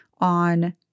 on